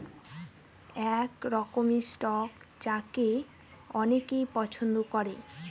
এক রকমের স্টক যাকে অনেকে পছন্দ করে